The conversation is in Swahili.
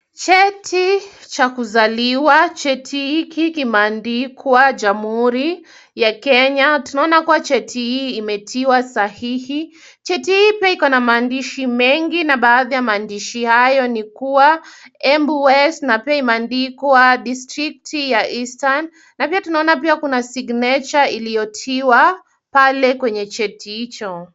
Cheti cha kuzaliwa, cheti hiki kimeandikwa Jamuhuri ya Kenya. Tunaona kuwa cheti hii imetiwa sahihi; cheti hii pia iko na maandishi mengi, na baadhi ya maandishi hayo ni kuwa Embu West, na pia imeandikwa district ya Eastern. Pia tunaona pia kuna siginecha iliyotiwa pale kwenye cheti hicho.